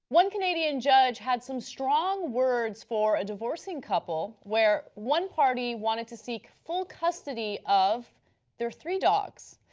one canadian judge had some strong words for a divorcing couple where one party wanted to seek full custody of their three dogs.